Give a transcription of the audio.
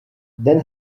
then